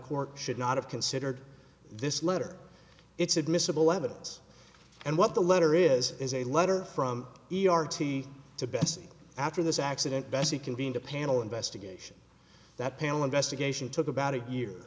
court should not have considered this letter it's admissible evidence and what the letter is is a letter from e r t to betsy after this accident bessie convened a panel investigation that panel investigation took about a year